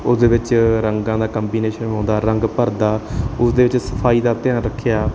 ਉਸਦੇ ਵਿੱਚ ਰੰਗਾਂ ਦਾ ਕੰਬੀਨੇਸ਼ਨ ਆਉਂਦਾ ਰੰਗ ਭਰਦਾ ਉਸ ਦੇ ਵਿੱਚ ਸਫਾਈ ਦਾ ਧਿਆਨ ਰੱਖਿਆ